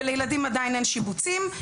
ולילדים עדיין אין שיבוצים.